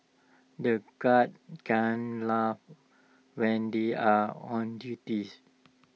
the guards can laugh when they are on duties